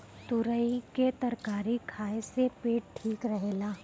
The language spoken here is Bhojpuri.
तुरई के तरकारी खाए से पेट ठीक रहेला